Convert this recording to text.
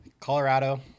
Colorado